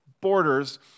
borders